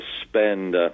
spend –